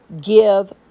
give